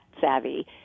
savvy